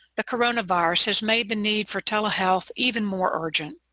the coronavirus has made the need for telehealth even more urgent.